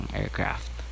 aircraft